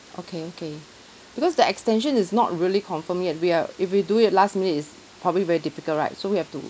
okay okay because the extension is not really confirmed yet we are if we do it last minute it's probably very difficult right so we have to